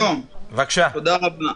שלום, תודה רבה.